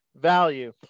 value